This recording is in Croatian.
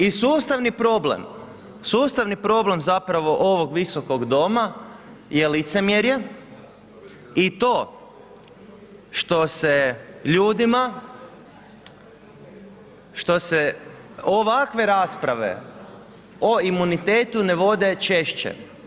I sustavni problem, sustavni problem zapravo ovog Visokog doma je licemjerje i to što se ljudima, što se ovakve rasprave, o imunitetu ne vode češće.